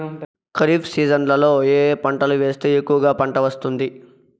ఖరీఫ్ సీజన్లలో ఏ ఏ పంటలు వేస్తే ఎక్కువగా పంట వస్తుంది?